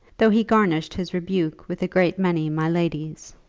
though he garnished his rebuke with a great many my lady's.